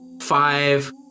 Five